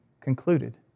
concluded